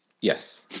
Yes